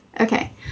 Okay